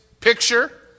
picture